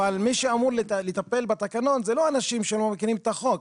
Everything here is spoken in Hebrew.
אבל מי שאמור לטפל בתקנון זה לא אנשים שלא מכירים את החוק.